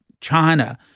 China